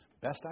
best